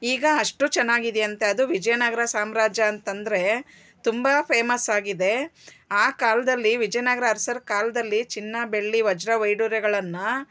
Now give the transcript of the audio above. ಈಗ ಅಷ್ಟು ಚೆನ್ನಾಗಿದ್ಯಂತೆ ಅದು ವಿಜಯನಗರ ಸಾಮ್ರಾಜ್ಯ ಅಂತಂದರೆ ತುಂಬ ಫೇಮಸ್ಸಾಗಿದೆ ಆ ಕಾಲದಲ್ಲಿ ವಿಜಯನಗರ ಅರಸರ ಕಾಲದಲ್ಲಿ ಚಿನ್ನ ಬೆಳ್ಳಿ ವಜ್ರ ವೈಡೂರ್ಯಗಳನ್ನು